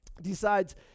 decides